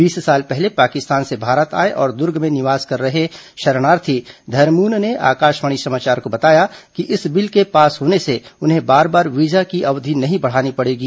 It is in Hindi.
बीस साल पहले पाकिस्तान से भारत आए और दुर्ग में निवास कर रहे शरणार्थी धरमून ने आकाशवाणी समाचार को बताया कि इस बिल के पास होने से उन्हें बार बार वीजा की अवधि नहीं बढ़ानी पड़ेगी